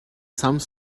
some